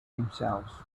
himself